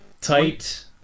Tight